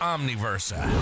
Omniversa